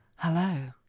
Hello